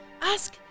ask